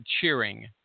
cheering